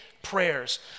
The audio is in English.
prayers